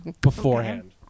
beforehand